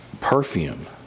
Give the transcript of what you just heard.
perfume